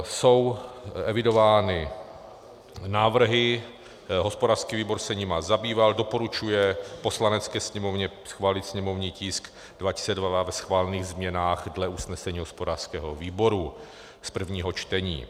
Jsou evidovány návrhy, hospodářský výbor se jimi zabýval, doporučuje Poslanecké sněmovně schválit sněmovní tisk 202 ve schválených změnách dle usnesení hospodářského výboru z prvního čtení.